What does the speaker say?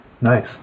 Nice